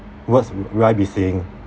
words will I be seeing